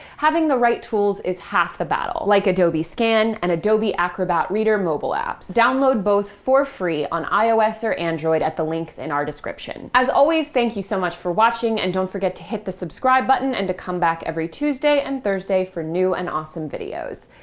having the right tools is half the battle, like adobe scan and adobe acrobat reader mobile apps. download both for free on ios or android at the links in our description. as always, thank you so much for watching, and don't forget to hit the subscribe button and to come back every tuesday and thursday for new and awesome videos.